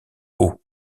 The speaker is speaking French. haut